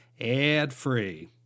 ad-free